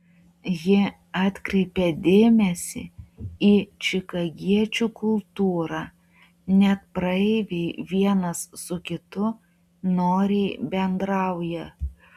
ji atkreipė dėmesį į čikagiečių kultūrą net praeiviai vienas su kitu noriai bendrauja